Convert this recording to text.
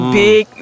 big